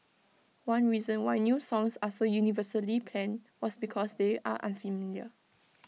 one reason why new songs are so universally panned was because they are unfamiliar